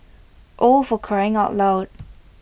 oh for crying out loud